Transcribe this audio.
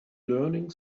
learning